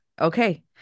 Okay